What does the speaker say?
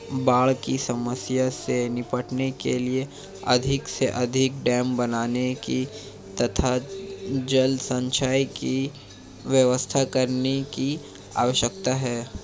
बाढ़ की समस्या से निपटने के लिए अधिक से अधिक डेम बनाने की तथा जल संचय की व्यवस्था करने की आवश्यकता है